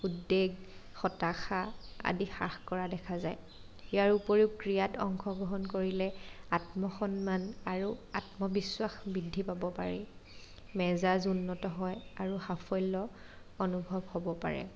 উদ্দেগ হতাশা আদি হ্ৰাস কৰা দেখা যায় ইয়াৰ উপৰিও ক্ৰীড়াত অংশগ্ৰহণ কৰিলে আত্মসন্মান আৰু আত্মবিশ্বাস বৃদ্ধি পাব পাৰি মেজাজ উন্নত হয় আৰু সাফল্য অনুভৱ হ'ব পাৰে